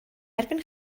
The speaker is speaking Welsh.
erbyn